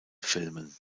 filmen